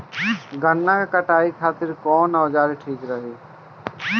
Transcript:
गन्ना के कटाई खातिर कवन औजार ठीक रही?